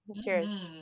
cheers